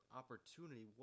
opportunity